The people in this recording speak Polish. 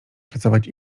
pracować